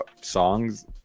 songs